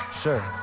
Sure